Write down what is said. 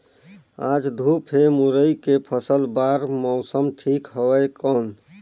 आज धूप हे मुरई के फसल बार मौसम ठीक हवय कौन?